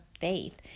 faith